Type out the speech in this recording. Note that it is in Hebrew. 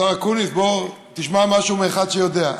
השר אקוניס, בוא תשמע משהו מאחד שיודע.